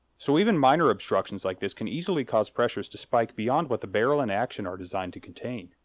so even minor obstructions like this can easily cause pressures to spike beyond what the barrel and action are designed to contain.